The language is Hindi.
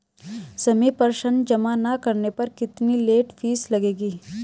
समय पर ऋण जमा न करने पर कितनी लेट फीस लगेगी?